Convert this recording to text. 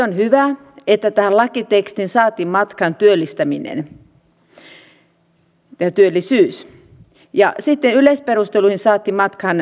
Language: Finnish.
on hyvä että tähän lakitekstiin saatiin matkaan työllistäminen ja työllisyys ja sitten yleisperusteluihin saatiin matkailu